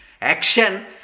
Action